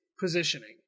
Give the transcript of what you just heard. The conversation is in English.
positioning